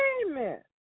Amen